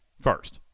first